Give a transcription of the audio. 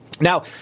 Now